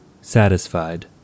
Satisfied